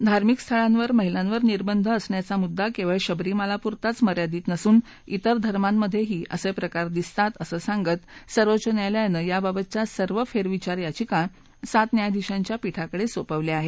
धर्मिक स्थळांवर महिलांवर निर्बंध असण्याचा मुद्दा केवळ शबरीमालाप्रताच मर्यादित नसून तेर धर्मामधेही असे प्रकार दिसतात असं सांगत सर्वोच्च न्यायालयानं याबाबतच्या सर्व फेरविचार याचिका सात न्यायाधिशांच्या पीठाकडे सोपवल्या आहेत